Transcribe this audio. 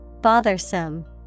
Bothersome